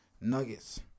Nuggets